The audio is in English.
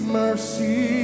mercy